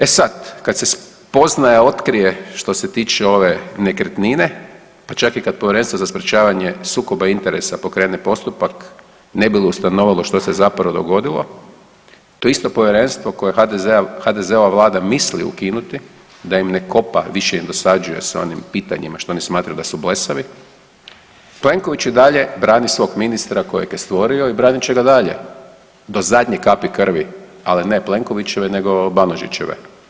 E sad kad se spoznaja otkrije što se tiče ove nekretnine, pa čak i kad Povjerenstvo za sprječavanje sukoba interesa pokrene postupak ne bi li ustanovilo što se zapravo dogodilo, to isto povjerenstvo koje HDZ-ova vlada misli ukinuti da im ne kopa, više im dosađuje s onim pitanjima što oni smatraju da su blesavi, Plenković i dalje brani svog ministra kojeg je stvorio i branit će ga dalje, do zadnje kapi krvi ali ne Plenkovićeve nego Banožićeve.